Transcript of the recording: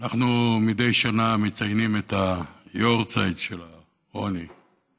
אנחנו מדי שנה מציינים את היארצייט של העוני,